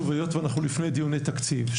היות ואנחנו לפני דיוני תקציב,